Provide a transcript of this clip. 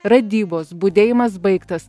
radybos budėjimas baigtas